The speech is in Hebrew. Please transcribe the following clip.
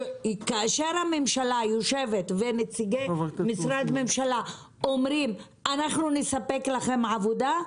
כאשר הממשלה יושבת ונציגי הממשלה אומרים: אנחנו נספק לכם עבודה,